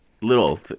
Little